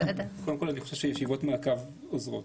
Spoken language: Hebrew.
קודם כל אני חושב שישיבות מעקב עוזרות.